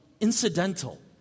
incidental